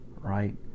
right